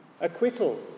acquittal